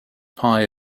pie